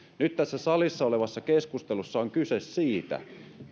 nyt tässä salissa olevassa keskustelussa on kyse siitä